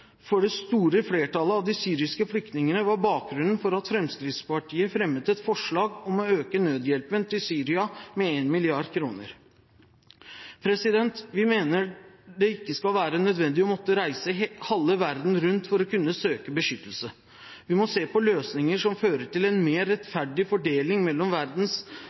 for det store flertallet av de syriske flyktningene var bakgrunnen for at Fremskrittspartiet fremmet et forslag om å øke nødhjelpen til Syria med 1 mrd. kr. Vi mener det ikke skal være nødvendig å måtte reise halve verden rundt for å kunne søke beskyttelse. Vi må se på løsninger som fører til en mer rettferdig fordeling mellom verdens